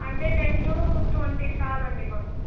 అంటే ten to twenty చాలు అండి మాకు